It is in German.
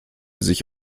sich